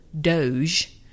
doge